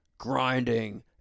Grinding